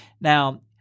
now